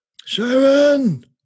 sharon